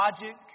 logic